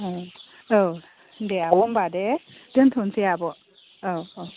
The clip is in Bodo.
अ' औ दे आब' होनबा दे दोनथ'नोसै आब' औ औ